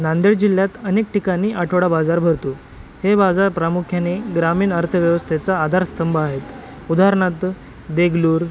नांदेड जिल्ह्यात अनेक ठिकाणी आठवडा बाजार भरतो हे बाजार प्रामुख्याने ग्रामीण अर्थव्यवस्थेचा आधारस्तंभ आहेत उदाहारणार्थ देगलूर